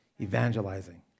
evangelizing